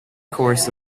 course